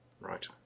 Right